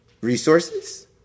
resources